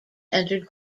entered